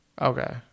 Okay